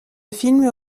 film